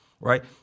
right